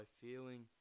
feeling